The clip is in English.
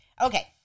Okay